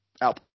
out